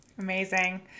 amazing